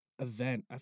event